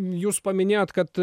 jūs paminėjot kad